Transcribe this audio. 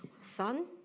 son